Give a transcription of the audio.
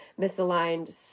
misaligned